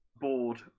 board